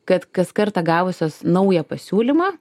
kad kas kartą gavusios naują pasiūlymą